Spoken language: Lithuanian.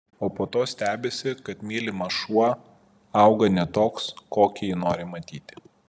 o po to stebisi kad mylimas šuo auga ne toks kokį jį nori matyti